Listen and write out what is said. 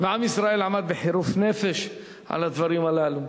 ועם ישראל עמד בחירוף נפש על הדברים הללו.